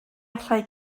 allai